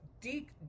deep